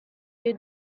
you